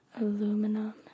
aluminum